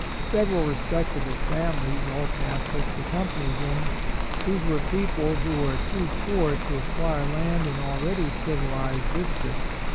several respectable families, all catholics, accompanied him these were people who were too poor to acquire land in already civilized districts.